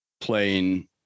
playing